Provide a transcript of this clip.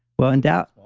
well, in doubt.